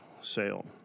sale